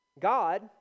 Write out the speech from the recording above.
God